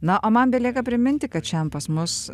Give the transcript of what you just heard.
na o man belieka priminti kad šiandien pas mus